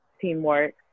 teamwork